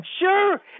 Sure